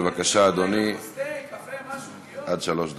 בבקשה, אדוני, עד שלוש דקות.